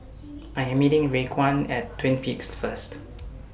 I Am meeting Raekwon At Twin Peaks First